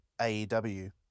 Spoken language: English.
AEW